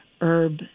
herb